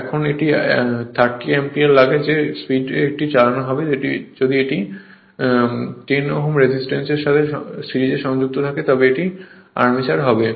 এখন এটি 30 অ্যাম্পিয়ার লাগে যে স্পিডে এটি চালানো হবে যদি 10 Ω রেজিস্ট্যান্সের সাথে সিরিজে সংযুক্ত থাকে তবে এটি আর্মেচার হবে